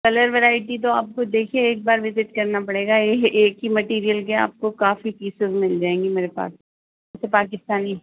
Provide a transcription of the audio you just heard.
colour variety تو آپ کو دیکھیے ایک بار وزٹ کرنا پڑے گا ایک ہی مٹیریل کے آپ کو کافی پیسیز مل جائیں گی میرے پاس جی پاکستانی